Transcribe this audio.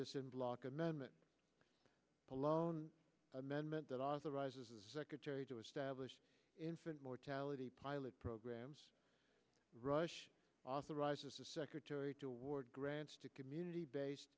this in block amendment alone amendment that authorizes the secretary to establish infant mortality pilot programs authorized the secretary to award grants to community based